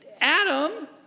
Adam